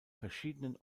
verschiedenen